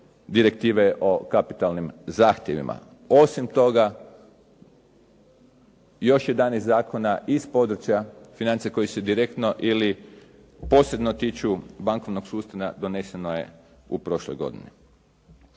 direktive o kapitalnim zahtjevima. Osim toga, još jedanaest zakona iz područja financija koji se direktno ili posebno tiču bankovnog sustava doneseno je u prošloj godini.